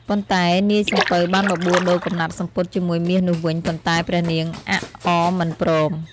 ប៉ុន្តែ នាយសំពៅបានបបួលដូរកំណាត់សំពត់ជាមួយមាសនោះវិញ ប៉ុន្តែ ព្រះនាងអាក់អមិនព្រម ។